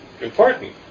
important